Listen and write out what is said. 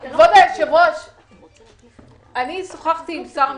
אני שוחחתי עם שר המשפטים,